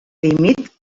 límit